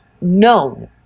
known